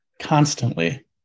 constantly